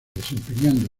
desempeñando